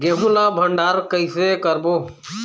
गेहूं ला भंडार कई से करबो?